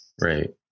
Right